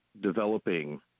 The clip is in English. developing